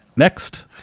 Next